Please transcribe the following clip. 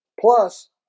Plus